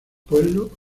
pueblo